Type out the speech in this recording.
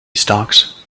stocks